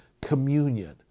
communion